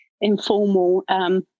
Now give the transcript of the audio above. informal